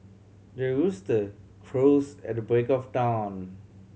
the rooster crows at the break of dawn